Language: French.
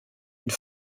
une